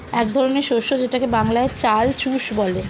এক ধরনের শস্য যেটাকে বাংলায় চাল চুষ বলে